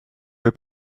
were